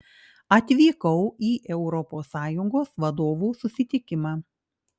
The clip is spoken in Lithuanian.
atvykau į europos sąjungos vadovų susitikimą